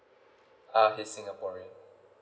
uh he's singaporean